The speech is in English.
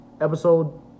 episode